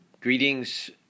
Greetings